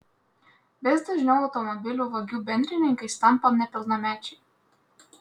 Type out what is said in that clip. vis dažniau automobilių vagių bendrininkais tampa nepilnamečiai